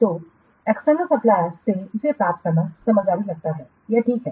तोएक्सटर्नल suppliers से इसे प्राप्त करना समझदारी लगता है यह ठीक है